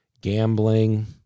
gambling